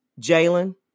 Jalen